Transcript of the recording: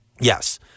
Yes